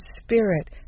spirit